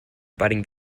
budding